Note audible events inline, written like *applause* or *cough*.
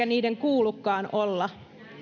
*unintelligible* niiden kuulukaan olla